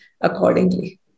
accordingly